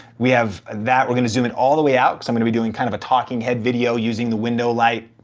we have that, we're gonna zoom it all the way out cuz i'm gonna be doing kind of a talking head video using the window light.